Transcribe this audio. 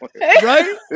Right